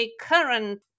current